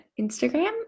Instagram